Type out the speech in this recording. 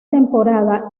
temporada